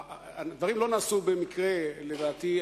הדברים לא נעשו במקרה, לדעתי.